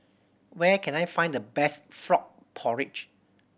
where can I find the best frog porridge